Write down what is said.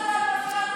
לא, אני לא מגינה עליה.